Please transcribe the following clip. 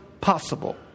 possible